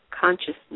consciousness